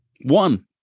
one